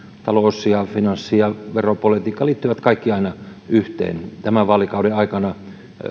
talous finanssi ja veropolitiikka liittyvät kaikki aina yhteen tämän vaalikauden aikana